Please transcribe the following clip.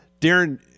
Darren